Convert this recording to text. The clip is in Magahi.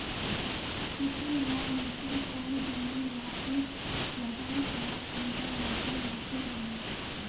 किसम ला मिर्चन कौन जमीन लात्तिर लगाम आर कुंटा मौसम लात्तिर लगाम?